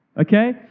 okay